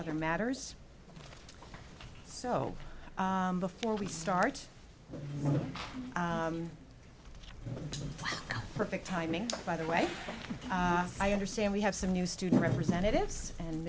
other matters so before we start with perfect timing by the way i understand we have some new student representatives and